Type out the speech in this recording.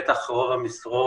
בטח רוב המשרות